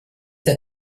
der